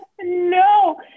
no